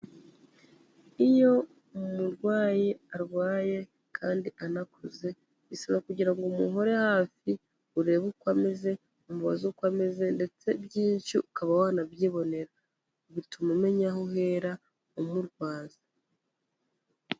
Iyo umurwayi arwaye kandi anakuze bisaba kugira ngo umuhore hafi, urebe uko ameze umubaze uko ameze ndetse byinshi ukaba wanabyibonera bituma umenya aho uhera umurwaza.